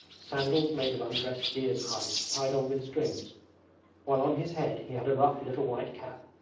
sandals made of undressed deer's hide tied on with strings while on his head he had a rough little white cap.